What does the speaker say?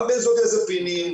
גם בנזודיאזיפינים,